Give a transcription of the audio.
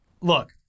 Look